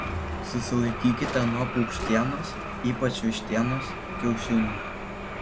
susilaikykite nuo paukštienos ypač vištienos kiaušinių